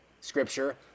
scripture